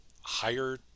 higher